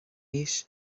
fhís